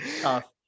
Tough